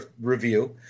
review